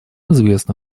известно